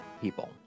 people